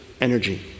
energy